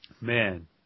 Man